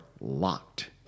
locked